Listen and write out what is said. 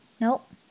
Nope